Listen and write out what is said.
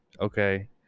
Okay